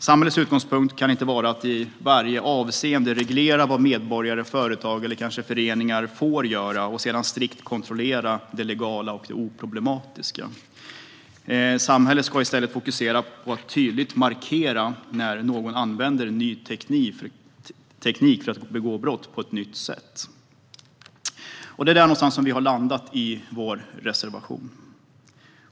Samhällets utgångspunkt kan inte vara att i varje avseende reglera vad medborgare, företag eller kanske föreningar får göra och sedan strikt kontrollera det legala och det oproblematiska. Samhället ska i stället fokusera på att tydligt markera när någon använder ny teknik för att begå brott på ett nytt sätt. Det är där någonstans som vi har landat i vår reservation.